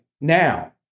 now